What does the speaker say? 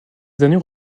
derniers